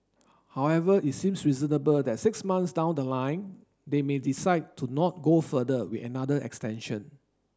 however it seems reasonable that six months down the line they may decide to not go further with another extension